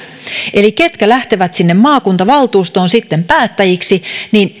eli niiltä ketkä lähtevät sinne maakuntavaltuustoon sitten päättäjiksi